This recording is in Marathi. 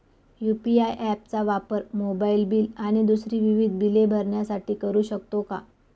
यू.पी.आय ॲप चा वापर मोबाईलबिल आणि दुसरी विविध बिले भरण्यासाठी करू शकतो का?